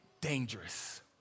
dangerous